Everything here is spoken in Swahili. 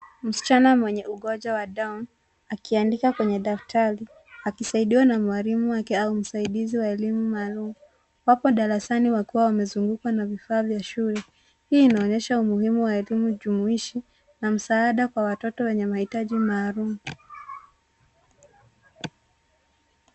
Msichana mwenye ugonjwa wa (cs)down(cs) akiandika kwenye daftari akisaidiwa na mwalimu wake au msaidizi wa elimu maalum. Wapo darasani wakiwa wamezungukwa na vifaa vya shule. Hii inaonyesha elimu jumuishi na msaada kwenye watoto wenye mahitaji maalum.